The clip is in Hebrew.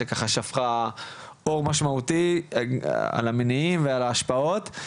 שככה שפכה אור משמעותי על המניעים ועל ההשפעות.